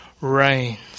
reigns